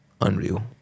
unreal